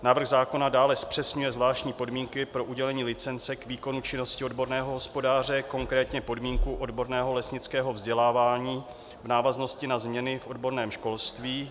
návrh zákona dále zpřesňuje zvláštní podmínky pro udělení licence k výkonu činnosti odborného hospodáře, konkrétně podmínku odborného lesnického vzdělávání, v návaznosti na změny v odborném školství;